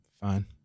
fine